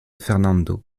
fernando